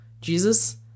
Jesus